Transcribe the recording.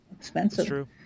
expensive